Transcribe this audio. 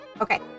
Okay